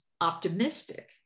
optimistic